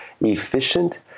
efficient